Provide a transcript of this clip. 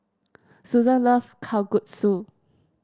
Suzann love Kalguksu